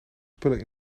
spullen